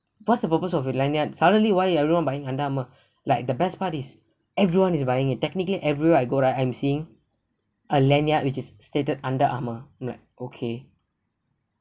what's the purpose of the lanyard suddenly why everyone buying under amour like the best part is everyone is buying it technically everywhere I go right I'm seeing a lanyard which is stated under armour I'm like okay